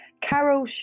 Carol